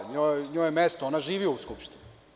Njoj je mesto, ona živi u Skupštini.